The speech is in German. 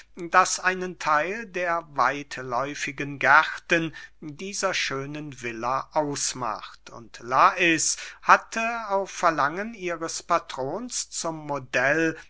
das einen theil der weitläufigen gärten dieser schönen villa ausmacht und lais hatte auf verlangen ihres patrons zum modell